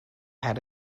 had